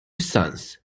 sons